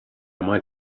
might